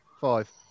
Five